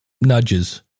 nudges